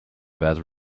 bad